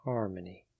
Harmony